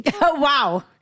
Wow